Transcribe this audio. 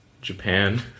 Japan